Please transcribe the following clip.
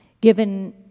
given